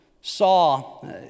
saw